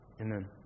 Amen